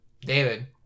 David